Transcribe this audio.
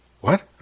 What